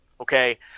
Okay